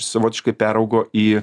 savotiškai peraugo į